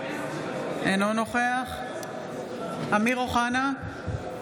אינו נוכח אמיר אוחנה,